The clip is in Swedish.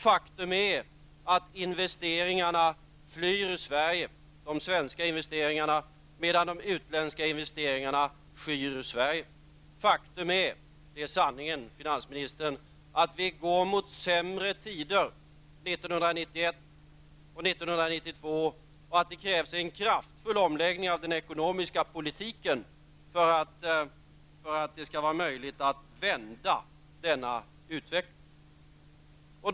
Faktum är att de svenska investeringarna flyr Sverige, medan de utländska investeringarna skyr Faktum är -- det är sanningen, finansministern -- att vi går mot sämre tider 1991 och 1992 och att det krävs en kraftfull omläggning av den ekonomiska politiken för att det skall vara möjligt att vända denna utveckling.